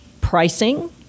pricing